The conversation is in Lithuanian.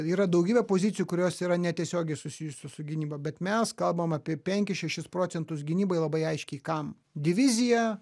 yra daugybė pozicijų kurios yra netiesiogiai susijusios su gynyba bet mes kalbam apie penkis šešis procentus gynybai labai aiškiai kam divizija